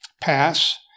pass